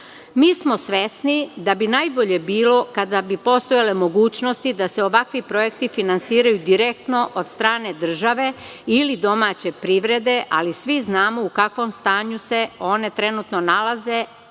smo svesni da bi najbolje bilo kada bi postojale mogućnosti da se ovakvi projekti finansiraju direktno od strane države ili domaće privrede, ali svi znamo u kakvom stanju se one trenutno nalaze,